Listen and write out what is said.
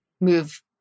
move